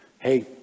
Hey